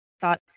thought